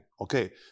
Okay